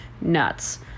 nuts